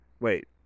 wait